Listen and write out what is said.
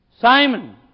Simon